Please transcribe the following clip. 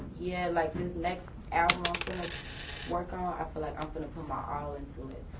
yeah like, this next album ah i'm gonna work on i feel like i'm gonna put my all into it.